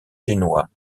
génois